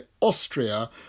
Austria